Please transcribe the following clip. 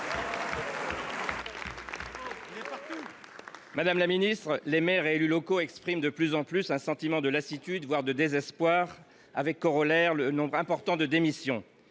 Madame la ministre, les maires et les élus locaux expriment de plus en plus un sentiment de lassitude, voire de désespoir, avec pour corollaire un nombre important de démissions.